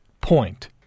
point